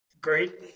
great